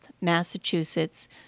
Massachusetts